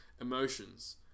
emotions